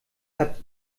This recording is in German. habt